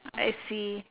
I see